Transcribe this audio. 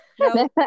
no